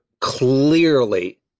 clearly